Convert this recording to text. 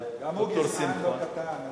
גם הוא גזען לא קטן.